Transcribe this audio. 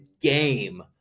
game